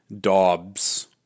Dobbs